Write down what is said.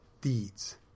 deeds